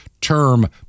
term